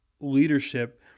leadership